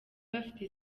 bafite